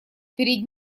перед